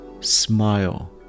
Smile